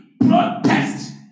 protest